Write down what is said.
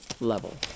level